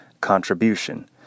contribution